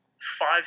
five